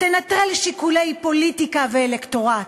תנטרל שיקולי פוליטיקה ואלקטורט,